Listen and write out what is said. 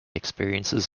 experiences